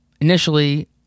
initially